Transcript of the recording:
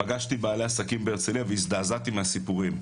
פגשתי בעלי עסקים בהרצליה והזדעזעתי מהסיפורים.